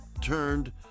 turned